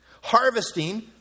harvesting